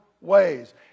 ways